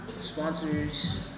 sponsors